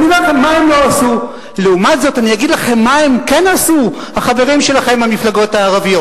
אני אגיד מה הם לא עשו, האנשים מהמפלגה שלך